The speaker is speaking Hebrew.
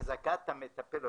החזקת המטפל,